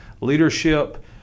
leadership